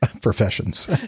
professions